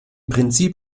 prinzip